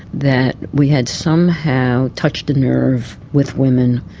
that we had somehow touched a nerve with women,